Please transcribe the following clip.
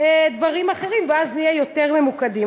דברים אחרים, ואז נהיה יותר ממוקדים.